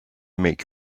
make